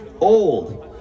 old